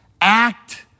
act